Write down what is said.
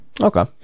okay